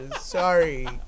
Sorry